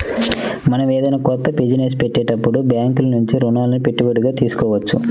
మనం ఏదైనా కొత్త బిజినెస్ పెట్టేటప్పుడు బ్యేంకుల నుంచి రుణాలని పెట్టుబడిగా తీసుకోవచ్చు